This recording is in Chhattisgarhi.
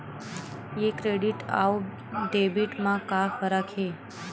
ये क्रेडिट आऊ डेबिट मा का फरक है?